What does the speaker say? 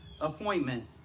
appointment